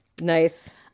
Nice